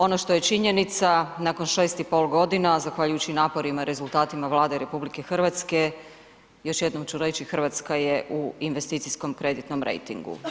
Ono što je činjenica nakon 6 i pol godina zahvaljujući naporima i rezultatima Vlade Republike Hrvatske još jednom ću reći Hrvatska je u investicijskom kreditnom rejtingu.